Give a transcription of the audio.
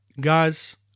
Guys